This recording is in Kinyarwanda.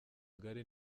ngari